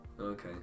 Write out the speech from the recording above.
Okay